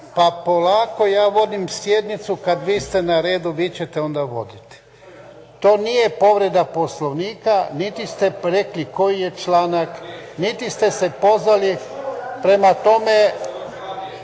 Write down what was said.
Pa polako, ja vodim sjednicu kad vi ste na redu vi ćete onda voditi. To nije povreda Poslovnika, niti ste rekli koji je članak niti ste se pozvali, prema tome